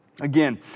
Again